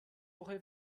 woche